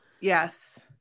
Yes